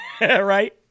right